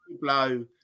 blow